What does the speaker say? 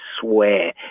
swear